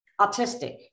Autistic